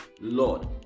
Lord